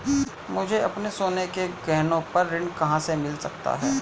मुझे अपने सोने के गहनों पर ऋण कहां से मिल सकता है?